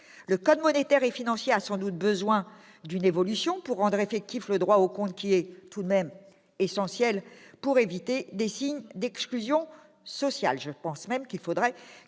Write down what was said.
Le code monétaire et financier a sans doute besoin d'une évolution pour rendre effectif le droit au compte qui est, tout de même, essentiel pour éviter des signes d'exclusion sociale.